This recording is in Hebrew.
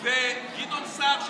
עובדה שבנט וגדעון סער,